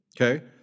okay